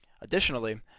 Additionally